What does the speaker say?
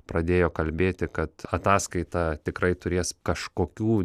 pradėjo kalbėti kad ataskaita tikrai turės kažkokių